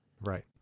right